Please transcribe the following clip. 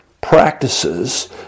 practices